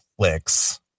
Netflix